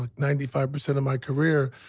like ninety five percent of my career.